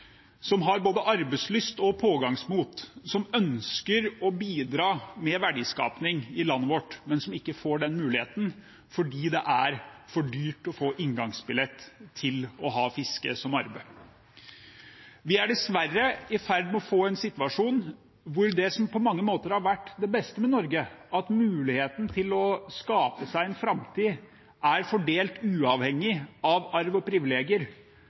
som har både arbeidslyst og pågangsmot, og som ønsker å bidra med verdiskaping i landet vårt, men som ikke får den muligheten fordi det er for dyrt å få inngangsbillett til å ha fiske som arbeid. Vi er dessverre i ferd med å få en situasjon hvor det som på mange måter har vært det beste med Norge, at muligheten til å skape seg en framtid er fordelt uavhengig av arv og privilegier,